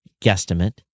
guesstimate